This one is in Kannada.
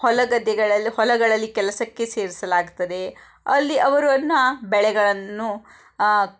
ಹೊಲ ಗದ್ದೆಗಳಲ್ಲಿ ಹೊಲಗಳಲ್ಲಿ ಕೆಲಸಕ್ಕೆ ಸೇರಿಸಲಾಗ್ತದೆ ಅಲ್ಲಿ ಅವರನ್ನ ಬೆಳೆಗಳನ್ನು